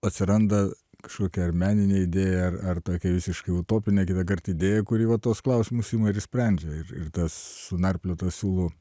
atsiranda kažkokia ar meninė idėja ar ar tokia visiškai utopinė kitąkart idėja kuri va tuos klausimus ima ir išsprendžia ir ir tas sunarpliotas siūlų